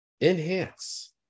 Enhance